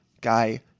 guy